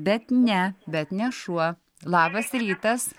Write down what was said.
bet ne bet ne šuo labas rytas